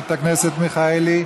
חברת הכנסת מיכאלי,